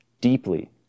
deeply